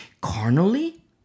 carnally